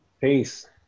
Peace